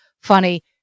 funny